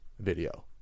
video